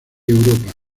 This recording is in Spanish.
europa